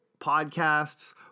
Podcasts